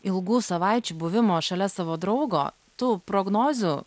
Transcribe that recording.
ilgų savaičių buvimo šalia savo draugo tų prognozių